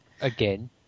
again